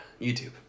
youtube